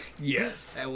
Yes